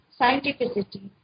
scientificity